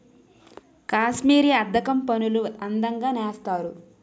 కాశ్మీరీ అద్దకం పనులు అందంగా నేస్తారు